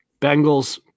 Bengals